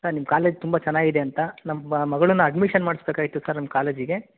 sir ನಿಮ್ಮ college ತುಂಬ ಚೆನ್ನಾಗಿದೆ ಅಂತ ನಮ್ಮ ಮಗಳನ್ನು ಅಡ್ಮಿಷನ್ ಮಾಡ್ಸಬೇಕಾಗಿತ್ತು ಸರ್ ನಿಮ್ಮ ಕಾಲೇಜಿಗೆ